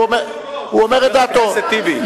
הוא אומר את דעתו.